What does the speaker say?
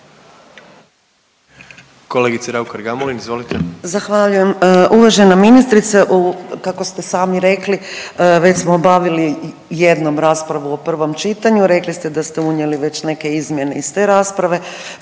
izvolite. **Raukar-Gamulin, Urša (Možemo!)** Zahvaljujem. Uvažena ministrice kako ste sami rekli već smo obavili jednom raspravu o prvom čitanju. Rekli ste da ste unijeli već neke izmjene iz te rasprave,